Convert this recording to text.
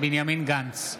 בנימין גנץ,